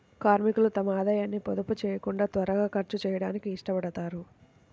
కార్మికులు తమ ఆదాయాన్ని పొదుపు చేయకుండా త్వరగా ఖర్చు చేయడానికి ఇష్టపడతారు